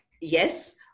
yes